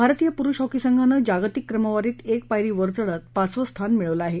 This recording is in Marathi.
भारतीय पुरुष हॉकी संघानं जागतिक क्रमवारीत एक पायरी वर चढत पाचवं स्थान मिळवलं आहे